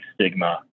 stigma